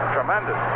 Tremendous